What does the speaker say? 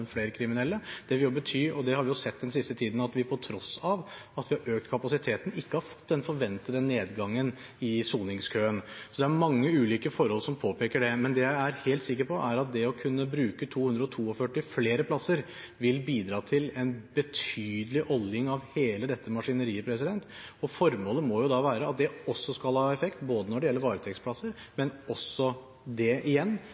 tross av at vi har økt kapasiteten, ikke har fått den forventede nedgangen i soningskøen. Så det er mange ulike forhold som påpeker dette. Det jeg er helt sikker på, er at det å kunne bruke 242 flere plasser vil bidra til en betydelig oljing av hele dette maskineriet. Formålet må være at dette også skal ha effekt når det gjelder varetektsplasser – det igjen